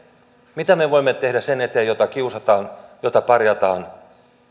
mitä me voimme tehdä sen eteen jota kiusataan jota parjataan